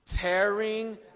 tearing